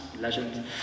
legend